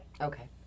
Okay